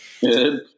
Good